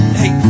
hey